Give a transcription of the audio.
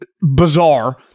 bizarre